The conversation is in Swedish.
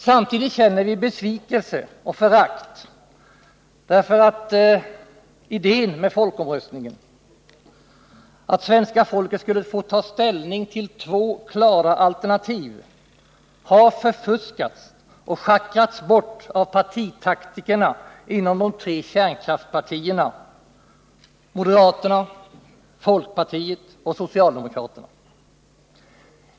Samtidigt känner vi besvikelse och förakt, därför att idén med folkomröstningen — att svenska folket skulle få ta ställning till två klara alternativ — har förfuskats och schackrats bort av partitaktikerna inom de tre kärnkraftspartierna, moderaterna, folkpartiet och socialdemokraterna.